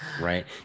Right